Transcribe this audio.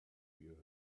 you